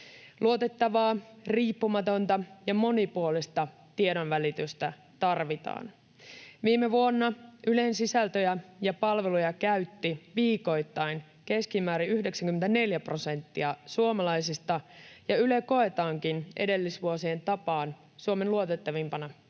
Luotettavaa, riippumatonta ja monipuolista tiedonvälitystä tarvitaan. Viime vuonna Ylen sisältöjä ja palveluja käytti viikoittain keskimäärin 94 prosenttia suomalaisista, ja Yle koetaankin edellisvuosien tapaan Suomen luotettavimpana